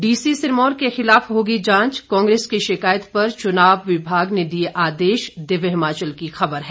DC Sirmaur के खिलाफ होगी जांच कांग्रेस की शिकायत पर चुनाव विभाग ने दिए आदेश दिव्य हिमाचल की खबर है